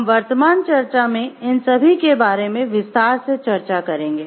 हम वर्तमान चर्चा में इन सभी के बारे मे विस्तार से चर्चा करेंगे